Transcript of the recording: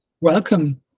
welcome